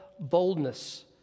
boldness